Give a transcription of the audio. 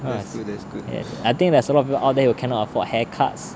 ya that's good